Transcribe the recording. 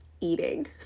Eating